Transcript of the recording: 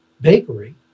bakery